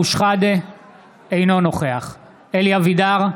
אינו נוכח אלי אבידר,